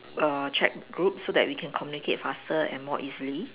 err chat group so that we can communicate faster and more easily